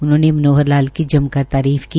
उन्होंने मनोहरलाल की जमकर तारीफ की